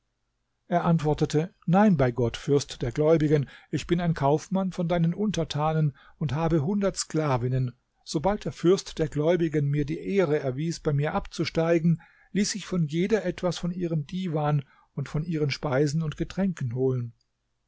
er antwortete nein bei gott fürst der gläubigen ich bin ein kaufmann von deinen untertanen und habe hundert sklavinnen sobald der fürst der gläubigen mir die ehre erwies bei mir abzusteigen ließ ich von jeder etwas von ihrem divan und von ihren speisen und getränken holen